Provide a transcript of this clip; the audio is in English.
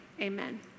Amen